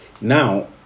now